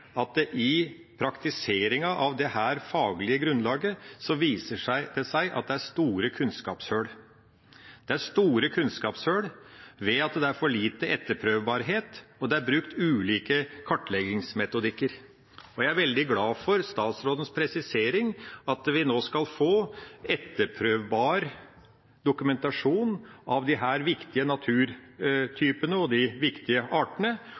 er at i praktiseringa av dette faglige grunnlaget viser det seg at det er store kunnskapshull. Det er store kunnskapshull ved at det er for lite etterprøvbarhet, og det er brukt ulike kartleggingsmetodikker. Jeg er veldig glad for statsrådens presisering av at vi nå skal få etterprøvbar dokumentasjon av disse viktige naturtypene og artene,